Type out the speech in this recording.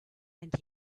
and